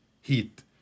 heat